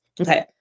Okay